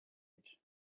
edge